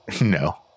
No